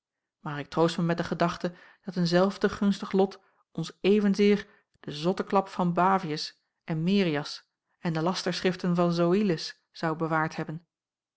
maar ik troost mij met de gedachte dat een zelfde gunstig lot ons evenzeer den zotteklap van bavius en merias en de lasterschriften van zoïlus zou bewaard hebben